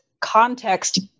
context